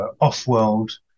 off-world